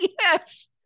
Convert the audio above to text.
Yes